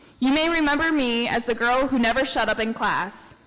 you may remember me as the girl who never shut up in class